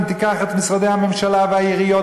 אם תיקח את משרדי הממשלה והעיריות,